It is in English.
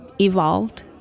evolved